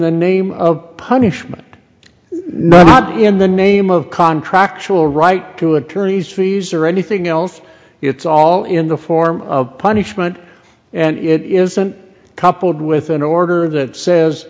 the name of punishment not in the name of contracts will write to attorneys fees or anything else it's all in the form of punishment and it isn't coupled with an order that says